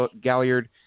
Galliard